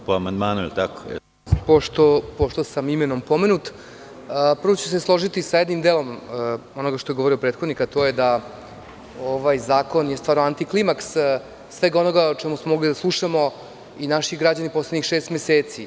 Pošto sam imenom pomenut, prvo ću se složiti sa jednim delom onoga što je govorio prethodnik, a to je da ovaj zakon je stvar antiklimaks svega onoga o čemu smo mogli da slušamo i naši građani poslednjih šest meseci.